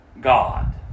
God